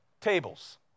tables